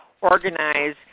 organize